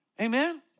Amen